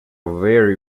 very